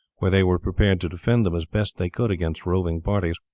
where they were prepared to defend them as best they could against roving parties.